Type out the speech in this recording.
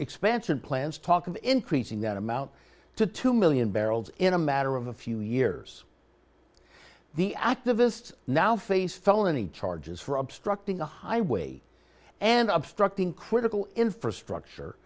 expansion plans talk of increasing that amount to two million dollars barrels in a matter of a few years the activists now face felony charges for obstructing a highway and obstructing critical infrastructure